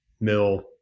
mill